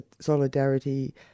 Solidarity